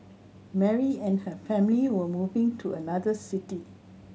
Mary and her family were moving to another city